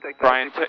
Brian